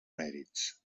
mèrits